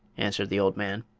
answered the old man.